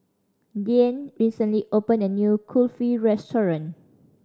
Deeann recently opened a new Kulfi restaurant